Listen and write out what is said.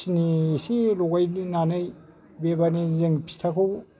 सिनि एसे लगायनानै बेबायदिनो जों फिथाखौ